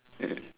yeah